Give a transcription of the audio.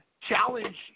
challenge